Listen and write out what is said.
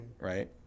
Right